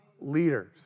leaders